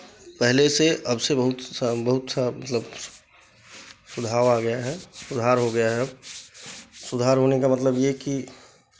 पहले से अब से बहुत बहुत मतलब सुधार आ गया है सुधार हो गया है अब सुधार होने का मतलब ये कि